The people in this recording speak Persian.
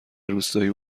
روستایی